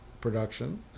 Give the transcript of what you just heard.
Production